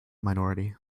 minority